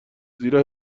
زیرا